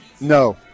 no